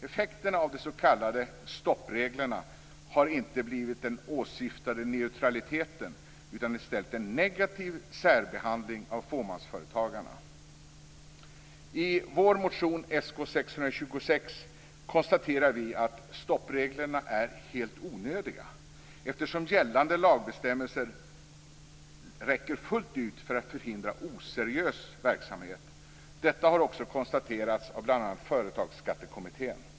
Effekterna av de s.k. stoppreglerna har inte blivit den åsyftade neutraliteten utan i stället en negativ särbehandling av fåmansföretagarna. I vår motion Sk626 konstaterar vi att stoppreglerna är helt onödiga. Gällande lagbestämmelser räcker fullt ut för att förhindra oseriös verksamhet. Detta har också konstaterats av bl.a. företagsskattekommittén.